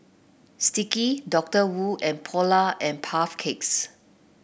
Sticky Doctor Wu and Polar and Puff Cakes